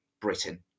Britain